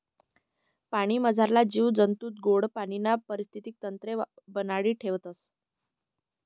पाणीमझारला जीव जंतू गोड पाणीना परिस्थितीक तंत्रले बनाडी ठेवतस